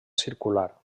circular